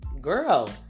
Girl